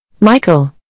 Michael